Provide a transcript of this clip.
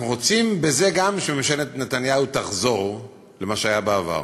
אנחנו רוצים שגם בזה ממשלת נתניהו תחזור למה שהיה בעבר.